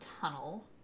tunnel